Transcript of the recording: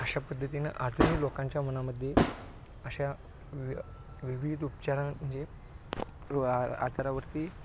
अशा पद्धतीनं आजही लोकांच्या मनामध्ये अशा वि विविध उपचार जे आजारावरती